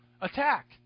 attack